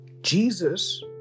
Jesus